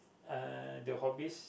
uh the hobbies